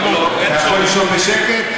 אתה יכול לישון בשקט?